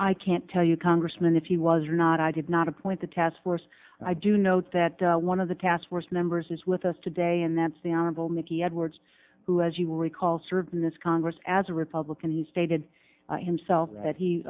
i can't tell you congressman if he was or not i did not appoint the task force i do know that one of the task force members is with us today and that's the honorable mickey edwards who as you will recall served in this congress as a republican he stated himself that he